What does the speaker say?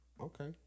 Okay